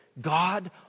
God